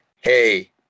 hey